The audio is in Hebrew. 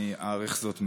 אעריך זאת מאוד.